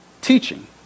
teaching